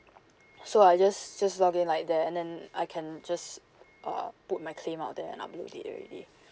so I just just log in like that and then I can just uh put my claim out there and upload it already